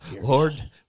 Lord